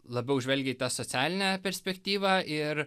labiau žvelgė į tą socialinę perspektyvą ir